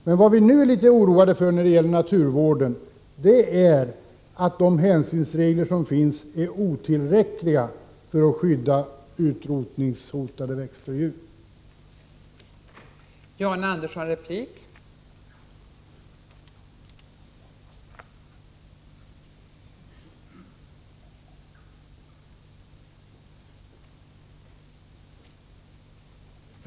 Men vad som nu oroar oss i fråga om naturvården är att de hänsynsregler som finns är otillräckliga för att skydda utrotningshotade växter och djur.